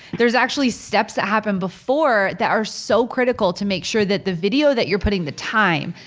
there's actually steps that happen before that are so critical to make sure that the video that you're putting the time,